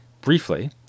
Briefly